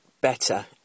better